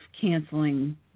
canceling